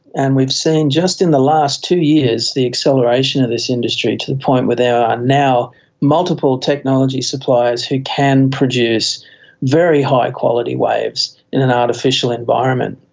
and we've seen just in the last two years the acceleration of this industry to the point where there are now multiple technology suppliers who can produce very high quality waves in an artificial environment.